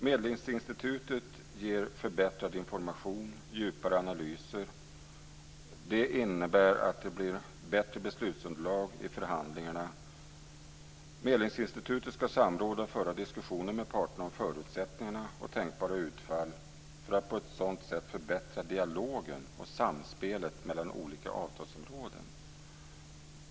Medlingsinstitutet ger förbättrad information och djupare analyser. Det innebär att det blir bättre beslutunderlag i förhandlingarna. Medlingsinstitutet ska samråda och föra diskussioner med parterna om förutsättningar och tänkbara utfall för att på så sätt förbättra dialogen och samspelet mellan olika avtalsområden.